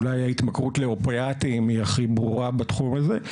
אולי ההתמכרות לאופיאנטיים היא הכי ברורה בתחום הזה,